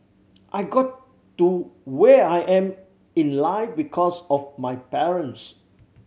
I got to where I am in life because of my parents